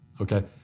okay